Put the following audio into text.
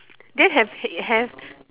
then have have